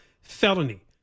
felony